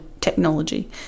technology